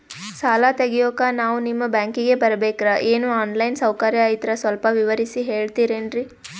ಸಾಲ ತೆಗಿಯೋಕಾ ನಾವು ನಿಮ್ಮ ಬ್ಯಾಂಕಿಗೆ ಬರಬೇಕ್ರ ಏನು ಆನ್ ಲೈನ್ ಸೌಕರ್ಯ ಐತ್ರ ಸ್ವಲ್ಪ ವಿವರಿಸಿ ಹೇಳ್ತಿರೆನ್ರಿ?